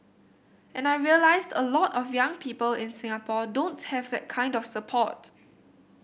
and I realised a lot of young people in Singapore don't have that kind of support